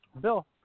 Bill